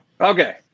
Okay